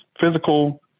physical